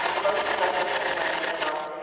most of us are somewhere in the middle.